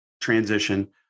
transition